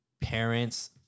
parents